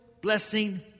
blessing